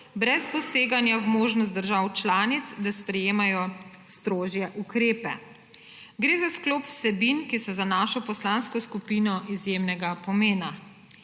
brez poseganja v možnost držav članic, da sprejemajo strožje ukrepe. Gre za sklop vsebin, ki so za našo poslansko skupino izjemnega pomena.